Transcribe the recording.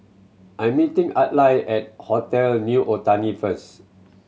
I'm meeting Adlai at Hotel New Otani first